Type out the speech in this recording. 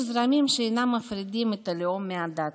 יש זרמים שאינם מפרידים את הלאום מהדת,